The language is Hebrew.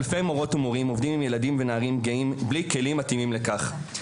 אלפי מורות ומורים עובדים עם ילדים ונערים גאים בלי כלים מתאימים לכך.